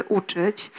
uczyć